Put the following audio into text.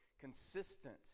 consistent